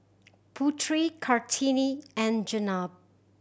Putri Kartini and Jenab